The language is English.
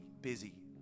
busy